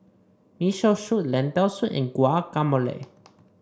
Miso Soup Lentil Soup and Guacamole